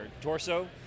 torso